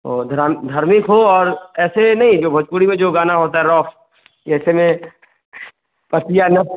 औ धर्म धार्मिक हो और ऐसे नहीं जो भोजपुरी में जो गाना होता है रोफ जैसे मैं पटियाला